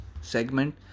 Segment